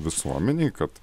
visuomenei kad